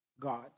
God